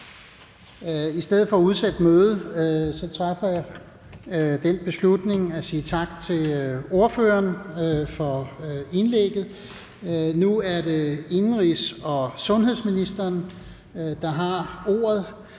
I stedet for at udsætte mødet træffer jeg den beslutning at sige tak til ordføreren for indlægget. Nu er det indenrigs- og sundhedsministeren, der har ordet,